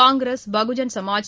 Congress Bahujan Samaj